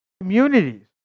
Communities